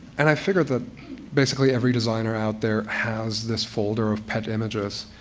and i figure that basically every designer out there has this folder of pet images,